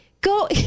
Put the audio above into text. go